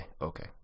okay